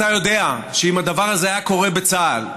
אתה יודע שאם הדבר הזה היה קורה בצה"ל,